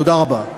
תודה רבה.